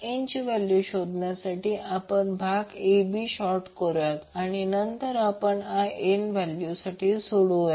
INची value शोधण्यासाठी आपण भाग a b शॉर्ट करूया आणि नंतर आपण INच्या व्हॅल्यूसाठी सोडवूया